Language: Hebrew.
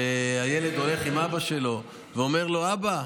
שהילד הולך עם אבא שלו ואומר לו: אבא,